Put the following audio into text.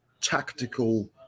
tactical